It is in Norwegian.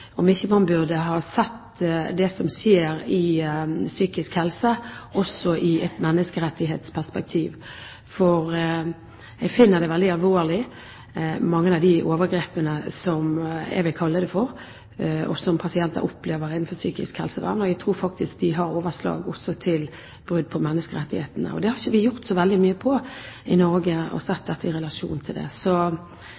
et menneskerettighetsperspektiv. Jeg finner mange av de overgrepene, som jeg vil kalle det for, som pasienter opplever innenfor psykisk helsevern, veldig alvorlig, og jeg tror faktisk de også har overslag til brudd på menneskerettighetene. Vi har ikke i Norge sett dette så mye i relasjon til det. Hvis statsråden kunne si et par ord om det, hadde det vært positivt. Ellers kan jeg jo selvfølgelig ta det opp på